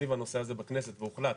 סביב הנושא הזה בכנסת והוחלט,